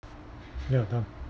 ya done